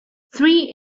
three